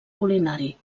culinari